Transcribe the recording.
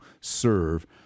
serve